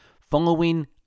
Following